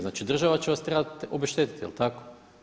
Znači država će vas trebati obeštetiti, je li tako?